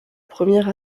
première